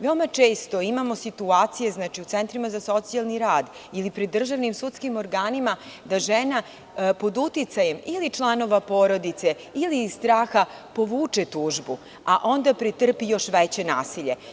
Veoma često imamo situacije u centrima za socijalni rad ili pri državnim sudskim organima, da žena pod uticajem ili članova porodice ili iz straha povuče tužbu, a onda trpi još veće nasilje.